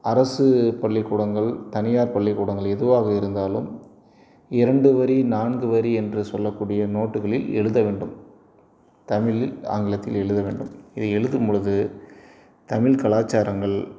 அரசு பள்ளிக்கூடங்கள் தனியார் பள்ளிக்கூடங்கள் எதுவாக இருந்தாலும் இரண்டு வரி நான்கு வரி என்று சொல்லக்கூடிய நோட்டுகளில் எழுத வேண்டும் தமிழில் ஆங்கிலத்தில் எழுத வேண்டும் இதை எழுதும் பொழுது தமிழ் கலாச்சாரங்கள்